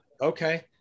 okay